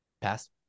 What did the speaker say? Pass